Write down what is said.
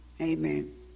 amen